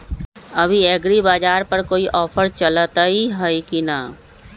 अभी एग्रीबाजार पर कोई ऑफर चलतई हई की न?